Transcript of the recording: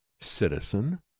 citizen